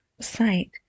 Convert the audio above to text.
site